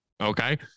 Okay